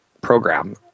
program